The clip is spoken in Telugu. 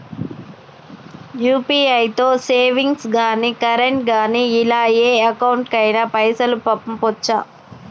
యూ.పీ.ఐ తో సేవింగ్స్ గాని కరెంట్ గాని ఇలా ఏ అకౌంట్ కైనా పైసల్ పంపొచ్చా?